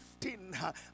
15